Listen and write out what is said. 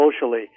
socially